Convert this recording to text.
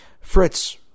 Fritz